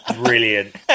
Brilliant